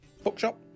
bookshop